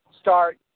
start